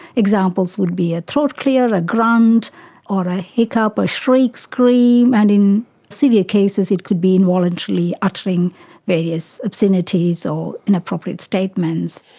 examples would be a throat clear, a grunt or a hiccup, a shriek, scream, and in severe cases it could be involuntarily uttering various obscenities or inappropriate statements.